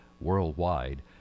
worldwide